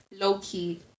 low-key